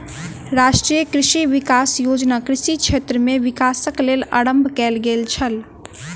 राष्ट्रीय कृषि विकास योजना कृषि क्षेत्र में विकासक लेल आरम्भ कयल गेल छल